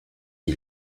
dit